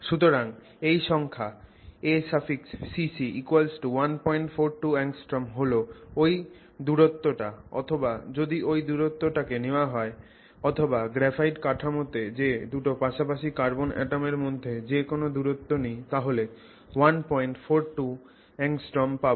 সুতরাং এই সংখ্যা acc142 angstroms হল ওই দূরত্ব টা অথবা যদি এই দূরত্ব টাকে নেওয়া হয় অথবা গ্রাফাইট কাঠামো তে দুটো পাশাপাসি কার্বন অ্যাটমের মধ্যে যে কোন দূরত্ব নি তাহলে 142 angstroms পাবো